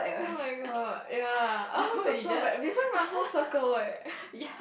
oh-my-god ya ours also like we went a whole circle eh